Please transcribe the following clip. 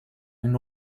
une